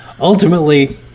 ultimately